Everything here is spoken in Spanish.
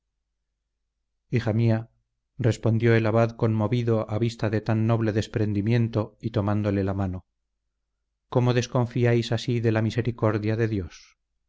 hija mía respondió el abad conmovido a vista de tan noble desprendimiento y tomándole la mano cómo desconfiáis así de la misericordia de dios sus